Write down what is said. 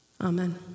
Amen